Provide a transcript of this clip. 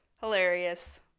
Hilarious